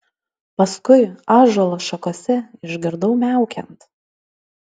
paskui ąžuolo šakose išgirdau miaukiant